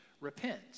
Repent